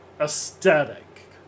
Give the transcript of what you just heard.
aesthetic